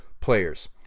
players